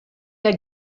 der